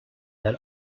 that